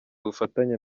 ubufatanye